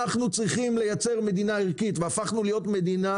אנחנו צריכים לייצר מדינה ערכית והפכנו להיות מדינה